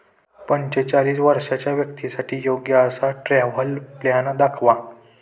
पंचेचाळीस वर्षांच्या व्यक्तींसाठी योग्य असा ट्रॅव्हल प्लॅन दाखवा